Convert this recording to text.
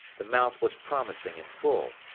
the mouth was promising and full.